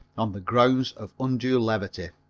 on the grounds of undue levity.